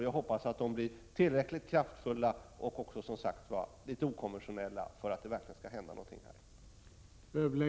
Jag hoppas att de blir tillräckligt kraftfulla och också, som sagt, okonventionella för att det verkligen skall hända någonting.